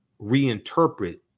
reinterpret